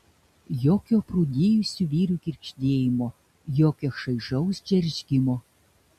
jokio aprūdijusių vyrių girgždėjimo jokio šaižaus džeržgimo